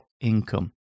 income